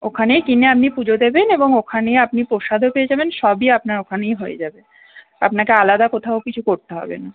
ওখানেই কিনে আপনি পুজো দেবেন এবং ওখানে আপনি প্রসাদও পেয়ে যাবেন সবই আপনার ওখানেই হয়ে যাবে আপনাকে আলাদা কোথাও কিছু করতে হবে না